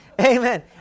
Amen